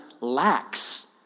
lacks